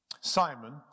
Simon